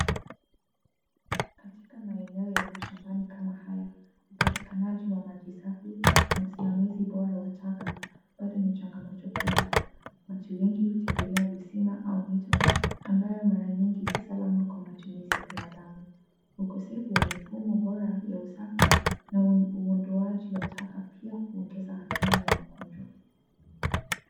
Kaitka maeneo ya mashamabani kama haya upatikanaji wa maji safi na usimamizi bora wa taka bado ni changamoto kubwa. Watu wengi hutegemea visima au mito ambayo mara nyingi si salama kwa matumizi ya binadamu. Ukosefu wa mifumo bora ya usafi na uondoaji wa taka pia huongeza hatari ya magonjwa.